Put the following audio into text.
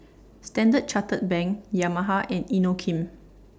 Standard Chartered Bank Yamaha and Inokim